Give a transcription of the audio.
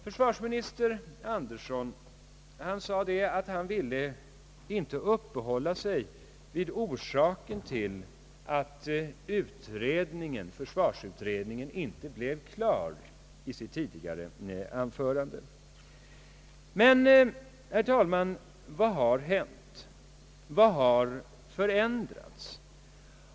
Försvarsminister Andersson sade i sitt tidigare anförande, att han inte ville uppehålla sig vid orsaken till att försvarsutredningen inte blev klar. Jag förstår det! För, herr talman, vad har hänt? Vad har förändrats?